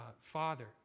father